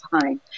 fine